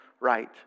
right